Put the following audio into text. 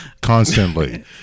constantly